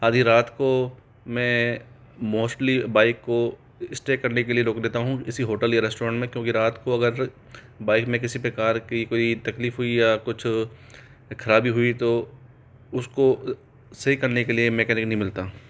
आधी रात को मैं मौष्टली बाइक को इस्टे करने के लिए रोक देता हूँ किसी होटल या रेस्टोरौंट में क्योंकि रात को अगर बाइक में किसी प्रकार की कोई तकलीफ़ हुई या कुछ खराबी हुई तो उसको सही करने के लिए मैकेनिक नहीं मिलता